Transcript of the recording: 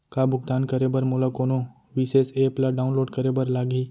का भुगतान करे बर मोला कोनो विशेष एप ला डाऊनलोड करे बर लागही